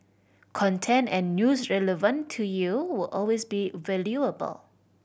content and news relevant to you will always be valuable